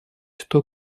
что